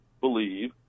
believe